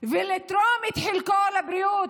ולתרום את חלקו לבריאות.